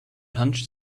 hunched